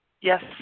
Yes